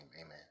amen